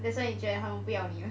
that's why 你觉得他们不要你 mah